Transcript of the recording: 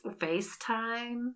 FaceTime